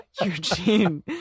eugene